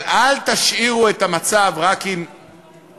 אבל אל תשאירו את המצב רק עם ריטים,